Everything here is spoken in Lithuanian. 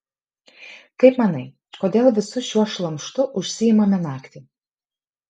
kaip manai kodėl visu šiuo šlamštu užsiimame naktį